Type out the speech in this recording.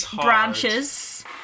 branches